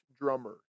drummer